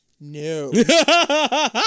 No